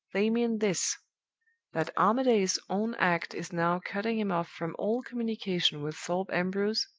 they mean this that armadale's own act is now cutting him off from all communication with thorpe ambrose,